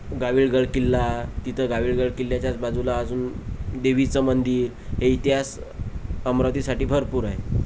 गावीळगड किल्ला तिथं गावीळगड किल्ल्याच्याच बाजूला अजून देवीचं मंदिर हे इतिहास अमरावतीसाठी भरपूर आहे